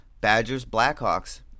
Badgers-Blackhawks